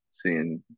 seeing